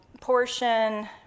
portion